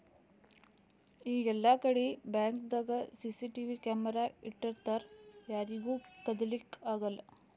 ಈಗ್ ಎಲ್ಲಾಕಡಿ ಬ್ಯಾಂಕ್ದಾಗ್ ಸಿಸಿಟಿವಿ ಕ್ಯಾಮರಾ ಇಟ್ಟಿರ್ತರ್ ಯಾರಿಗೂ ಕದಿಲಿಕ್ಕ್ ಆಗಲ್ಲ